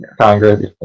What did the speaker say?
congress